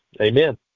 Amen